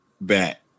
back